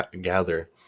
gather